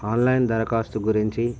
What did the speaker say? online దరఖాస్తు గురించి